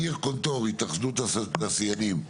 ניר קונטור, התאחדות התעשיינים.